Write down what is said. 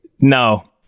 No